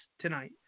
tonight